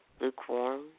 lukewarm